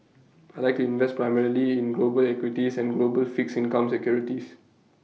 I Like to invest primarily in global equities and global fixed income securities